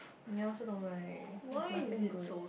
you also don't right I've nothing good